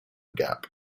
gap